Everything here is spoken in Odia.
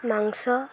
ମାଂସ